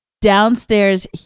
Downstairs